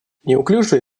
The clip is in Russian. неуклюжий